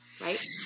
Right